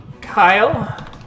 Kyle